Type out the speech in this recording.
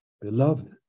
Beloved